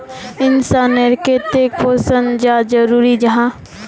इंसान नेर केते पोषण चाँ जरूरी जाहा?